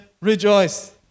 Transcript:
rejoice